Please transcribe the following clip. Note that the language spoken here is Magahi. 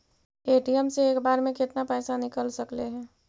ए.टी.एम से एक बार मे केतना पैसा निकल सकले हे?